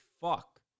fuck